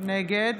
נגד